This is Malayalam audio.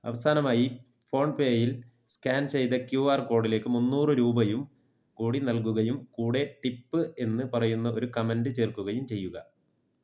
അവസാനമായി ഫോൺപേയിൽ സ്കാൻ ചെയ്ത ക്യു ആർ കോഡിലേക്ക് മുന്നൂറ് രൂപയും കൂടി നൽകുകയും കൂടെ ടിപ്പ് എന്നു പറയുന്ന ഒരു കമൻ്റ് ചേർക്കുകയും ചെയ്യുക